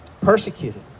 persecuted